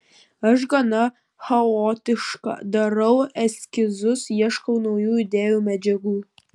aš gana chaotiška darau eskizus ieškau naujų idėjų medžiagų